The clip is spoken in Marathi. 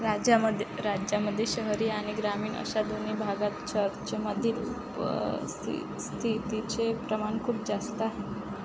राज्यामध्ये राज्यामध्ये शहरी आणि ग्रामीण अशा दोन्ही भागात चर्चमधील उपस्थि स्थितीचे प्रमाण खूप जास्त आहे